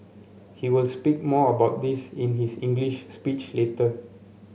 he will speak more about this in his English speech later